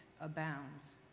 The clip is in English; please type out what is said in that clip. abounds